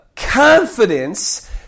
confidence